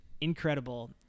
Incredible